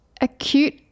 Acute